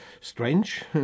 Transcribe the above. strange